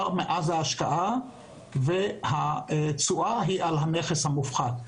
מאז ההשקעה והתשואה היא על הנכס המופחת.